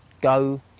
Go